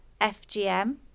FGM